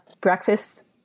breakfast